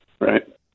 Right